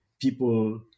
people